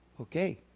Okay